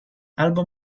albo